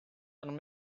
and